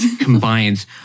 combines